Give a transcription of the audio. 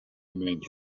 means